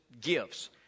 gifts